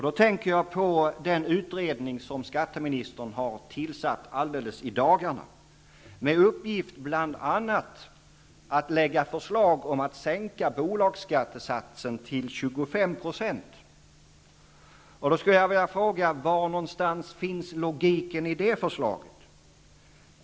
Jag tänker på den utredning som skatteministern har tillsatt alldeles i dagarna med uppgift bl.a. att lägga fram förslag om att sänka bolagsskattesatsen till 25 %. Jag skulle vilja fråga var logiken i det förslaget finns.